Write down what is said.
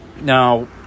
Now